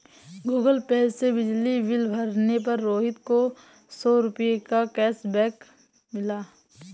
Google Pay से बिजली bill भरने पर रोहित को सौ रूपए का कैशबैक मिला